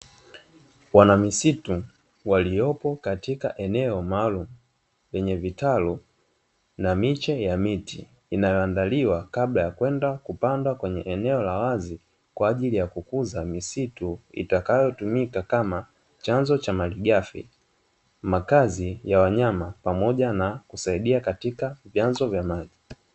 Wanamisitu waliopo katika eneo maalumu lenye vitalu na miche ya miti inayoandaliwa kabla ya kwenda kupandwa kwenye eneo la wazi kwa ajili ya kukuza misitu itakayotumika kama chanzo cha malighafi, makazi ya wanyama pamoja na kusaidia katika vyanzo vya maji.